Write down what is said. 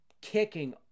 kicking